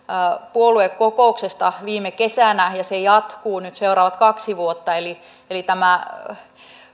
puoluekokouksesta viime kesänä ja se jatkuu nyt seuraavat kaksi vuotta eli eli tämä